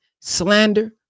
slander